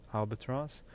albatross